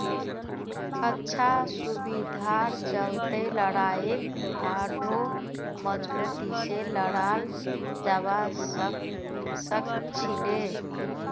अच्छा सुविधार चलते लड़ाईक आढ़ौ मजबूती से लड़ाल जवा सखछिले